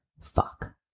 fuck